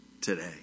today